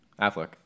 Affleck